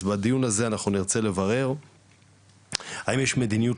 אז בדיון הזה אנחנו נרצה לברר האם יש מדיניות